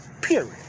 period